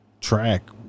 track